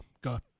God